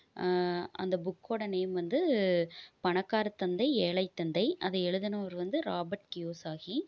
அந்த புக்கோட நேம் வந்து பணக்கார தந்தை ஏழை தந்தை அதை எழுதுனவர் வந்து ராபட் க்யோசாகி